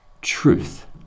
truth